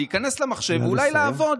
להיכנס למחשב ואולי לעבוד.